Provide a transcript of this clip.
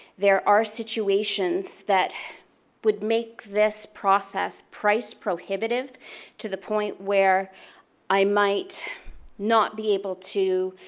there are situations that would make this process price prohibitive to the point where i might not be able to